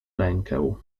rękę